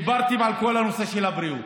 דיברתם על כל הנושא של הבריאות.